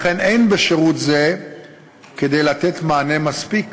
לכן אין בשירות זה כדי לתת מענה מספיק